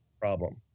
problem